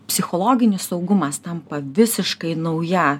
psichologinis saugumas tampa visiškai nauja